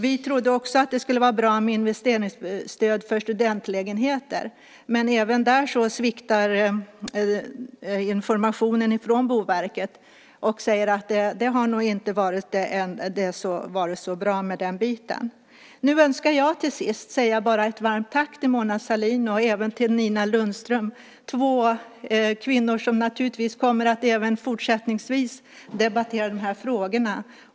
Vi trodde också att det skulle vara bra med investeringsstöd för studentlägenheter, men även där visar informationen från Boverket att det nog inte har varit så bra. Nu önskar jag till sist säga ett varmt tack till Mona Sahlin och även till Nina Lundström, två kvinnor som naturligtvis även fortsättningsvis kommer att debattera de här frågorna.